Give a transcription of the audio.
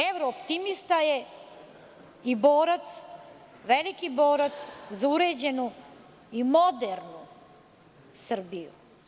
Evrooptimista je i veliki borac za uređenu i modernu Srbiju.